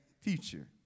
future